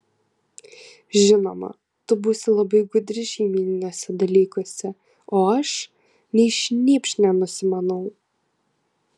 žinoma tu būsi labai gudri šeimyniniuose dalykuose o aš nei šnypšt nenusimanau